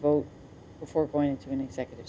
vote before going to an executive